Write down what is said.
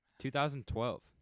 2012